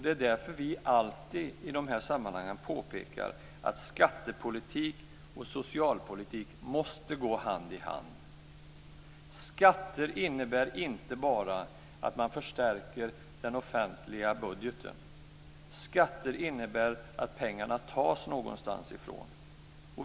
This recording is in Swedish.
Det är därför som vi alltid i de här sammanhangen påpekar att skattepolitik och socialpolitik måste gå hand i hand. Skatter innebär inte bara att man förstärker den offentliga budgeten. Skatter innebär att pengarna tas någonstans.